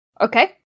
Okay